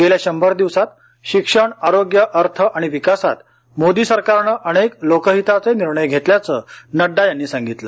गेल्या शंभर दिवसात शिक्षण आरोग्य अर्थ आणि विकासात मोदी सरकारनं अनेक लोकहिताचे निर्णय घेतल्याचं नड्डा यांनी सांगितलं